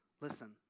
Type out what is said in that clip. listen